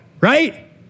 right